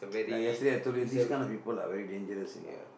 like yesterday I told you this kind of people are very dangerous you know